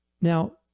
now